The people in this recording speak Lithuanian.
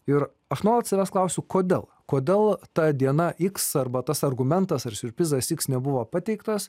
ir aš nuolat savęs klausiu kodėl kodėl ta diena iks arba tas argumentas ar siurprizas iks nebuvo pateiktas